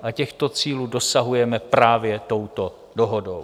A těchto cílů dosahujeme právě touto dohodou.